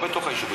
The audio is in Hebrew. לא בתוך היישוב.